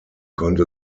konnte